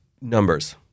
numbers